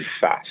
fast